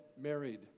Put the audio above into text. married